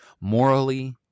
morally